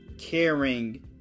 Caring